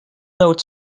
note